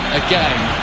again